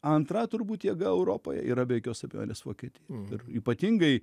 antra turbūt jėga europoje yra be jokios abejonės vokietija ir ypatingai